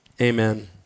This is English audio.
Amen